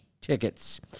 tickets